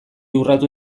urratu